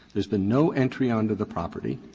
there's been no entry onto the property,